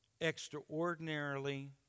extraordinarily